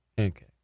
Okay